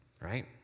right